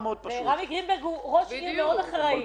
רמי גרינברג הוא ראש עיר מאוד אחראי.